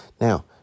Now